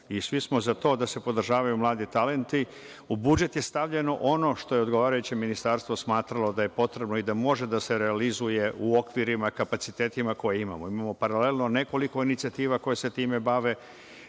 Svi smo za to da se podržavaju mladi talenti.U budžet je stavljeno ono što je odgovarajuće ministarstvo smatralo da je potrebno i da može da se realizuje u okvirima i kapacitetima koje imamo. Imamo paralelno nekoliko inicijativa koje se time bave.